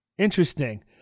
Interesting